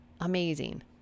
amazing